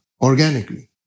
organically